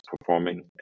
performing